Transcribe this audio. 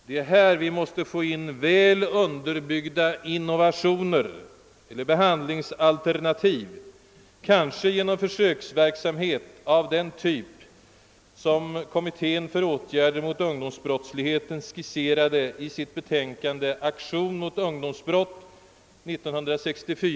Det är här vi måste föra in väl underbyggda innovationer eller behandlingsalternativ, kanske genom försöksverksamhet av den typ som kommittén för åtgärder mot ungdomsbrottsligheten skisserade i sitt 1964 avgivna betänkande »Aktion mot ungdomsbrott».